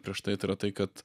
prieš tai tai yra tai kad